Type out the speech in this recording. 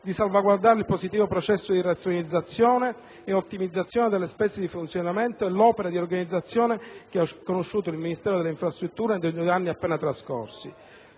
di salvaguardare il positivo processo di razionalizzazione e ottimizzazione delle spese di funzionamento e l'opera di riorganizzazione che ha conosciuto il Ministero delle infrastrutture nei due anni appena trascorsi.